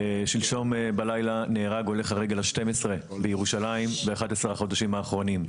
שלשום בלילה נהרג הולך הרגל ה-12 בירושלים ב-11 החודשים האחרונים.